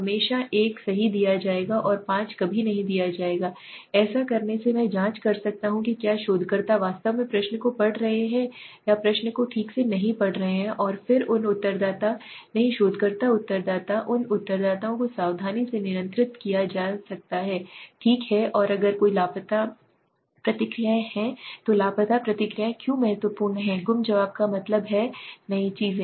हमेशा 1 सही दिया जाएगा और 5 कभी नहीं दिया जाएगा ऐसा करने से मैं जांच कर सकता हूं कि क्या शोधकर्ता वास्तव में प्रश्न को पढ़ रहे हैं या प्रश्न को ठीक से नहीं पढ़ रहे हैं और फिर उन उत्तरदाता नहीं शोधकर्ता उत्तरदाता उन उत्तरदाताओं को सावधानी से नियंत्रित किया जा सकता है ठीक है और अगर कोई लापता प्रतिक्रियाएं हैं तो लापता प्रतिक्रियाएं क्यों महत्वपूर्ण हैं गुम जवाब का मतलब है कई चीजें